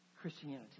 Christianity